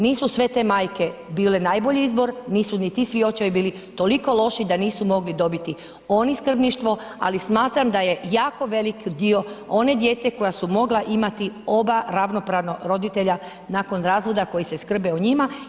Nisu sve te majke bile najbolji izbor, nisu ni ti svi očevi bili toliko loši da nisu mogli dobiti oni skrbništvo ali smatram da je jako velik dio one djece koja su mogla imati oba ravnopravno roditelja nakon razvoda koji se skrbe o njima.